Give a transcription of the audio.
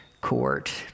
court